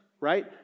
right